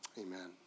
amen